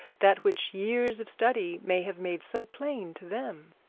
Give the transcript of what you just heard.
that which years of study may have made so plain to them?